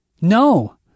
No